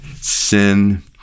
sin